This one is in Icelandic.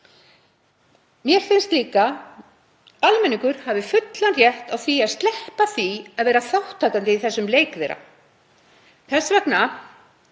Mér finnst líka almenningur hafa fullan rétt á því að sleppa því að vera þátttakandi í þeim leik þeirra. Þess vegna